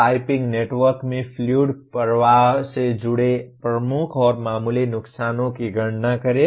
piping network में fluid प्रवाह से जुड़े प्रमुख और मामूली नुकसानों की गणना करें